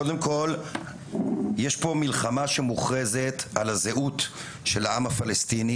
קודם כל יש פה מלחמה שמוכרזת על הזהות של העם הפלשתיני,